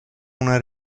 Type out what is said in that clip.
una